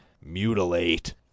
Mutilate